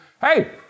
hey